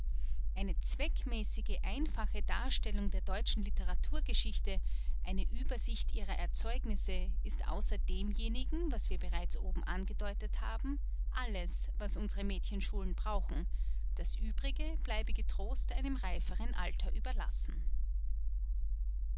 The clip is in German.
eine zweckmäßige einfache darstellung der deutschen literaturgeschichte eine uebersicht ihrer erzeugnisse ist außer demjenigen was wir bereits oben angedeutet haben alles was unsere mädchenschulen brauchen das uebrige bleibe getrost einem reiferen alter überlassen